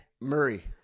Murray